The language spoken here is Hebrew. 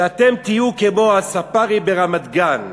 שאתם תהיו כמו הספארי ברמת-גן.